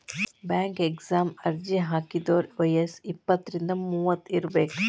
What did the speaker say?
bank ಎಕ್ಸಾಮಗ ಅರ್ಜಿ ಹಾಕಿದೋರ್ ವಯ್ಯಸ್ ಇಪ್ಪತ್ರಿಂದ ಮೂವತ್ ಇರಬೆಕ್